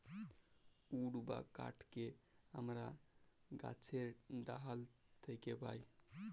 would বা কাহাঠকে আমরা গাহাছের ডাহাল থ্যাকে পাই